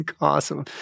Awesome